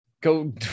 Go